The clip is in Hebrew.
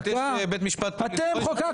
אתם חוקקתם.